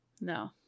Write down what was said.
No